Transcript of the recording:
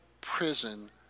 prison